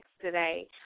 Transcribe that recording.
Today